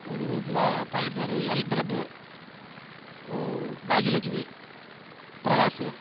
எங்கள் வீட்டில் பையன் பேர் எல் பிரபு பாக்கியலட்சுமி பிரகாஷ்